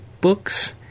books